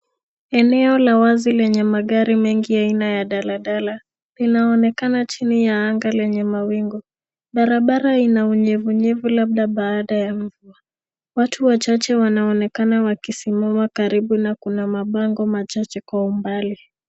Eneo la wazi lenye magari mengi ya aina ya dala dala linaonekana chini ya anga lenye mawingu. Barabara ina unyevunyevu labda baada ya mvua. Watu wachache wanaonekana wakisimama karibu na kuna mabango machache kwa umbali.